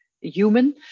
human